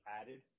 added